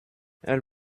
elle